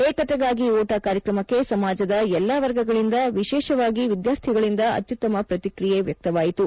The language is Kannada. ಏಕತೆಗಾಗಿ ಓಟ ಕಾರ್ಯಕ್ರಮಕ್ಕೆ ಸಮಾಜದ ಎಲ್ಲಾ ವರ್ಗಗಳಿಂದ ವಿಶೇಷವಾಗಿ ವಿದ್ಯಾರ್ಥಿಗಳಿಂದ ಅತ್ಯುತ್ತಮ ಪ್ರತಿಕ್ರಿಯೆ ವ್ಯಕ್ತವಾಯಿತು